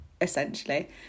essentially